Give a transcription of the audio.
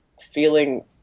feeling